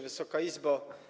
Wysoka Izbo!